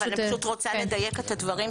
אבל אני פשוט רוצה לדייק את הדברים,